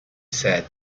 said